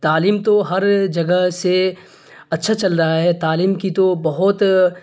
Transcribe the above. تعلیم تو ہر جگہ سے اچھا چل رہا ہے تعلیم کی تو بہت